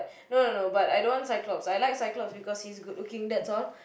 no no no but I don't want Cyclops I like Cyclops because he's good looking that's all